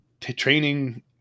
training